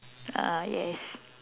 ah yes